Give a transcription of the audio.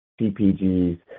CPGs